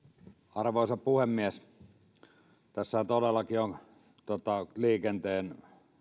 arvoisa puhemies tässä todellakin on liikenteen